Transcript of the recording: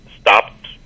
stopped